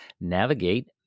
navigate